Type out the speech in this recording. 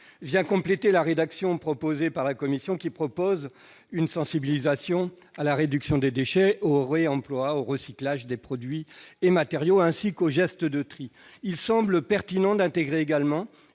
vise à compléter la rédaction élaborée par la commission, qui prévoit « une sensibilisation à la réduction des déchets, au réemploi et au recyclage des produits et matériaux ainsi qu'au geste de tri ». Il semble pertinent d'intégrer également